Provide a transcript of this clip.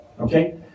Okay